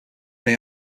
may